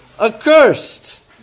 accursed